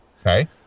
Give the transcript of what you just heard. okay